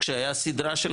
כשהיתה סדרה של חוקים.